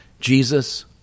Jesus